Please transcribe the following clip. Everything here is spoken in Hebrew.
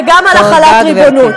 וגם על החלת ריבונות.